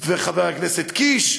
וחבר הכנסת קיש,